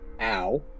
ow